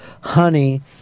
honey